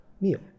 meal